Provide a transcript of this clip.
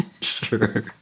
Sure